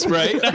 right